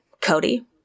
Cody